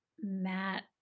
Matt